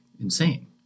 insane